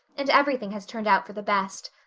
and everything has turned out for the best.